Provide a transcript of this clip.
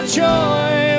joy